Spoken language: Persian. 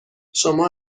شما